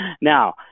now